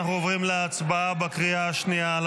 אנחנו עוברים להצבעה בקריאה השנייה על